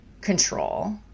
control